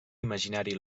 imaginari